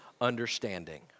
understanding